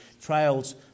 Trials